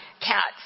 cats